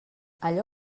allò